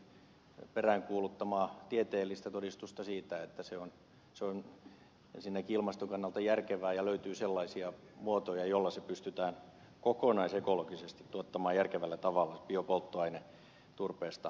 pulliaisenkin peräänkuuluttamaa tieteellistä todistusta siitä että se on ensinnäkin ilmaston kannalta järkevää ja löytyy sellaisia muotoja joilla pystytään kokonaisekologisesti tuottamaan järkevällä tavalla biopolttoaine turpeesta